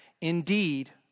Indeed